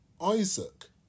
Isaac